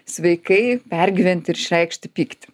sveikai pergyventi ir išreikšti pyktį